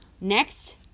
next